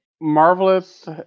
Marvelous